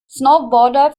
snowboarder